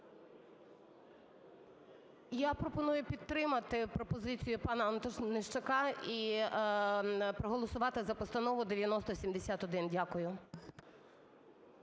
Я пропоную підтримати пропозицію пана Антонищака і проголосувати за Постанову 9071. Дякую.